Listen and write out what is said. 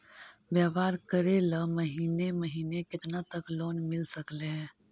व्यापार करेल महिने महिने केतना तक लोन मिल सकले हे?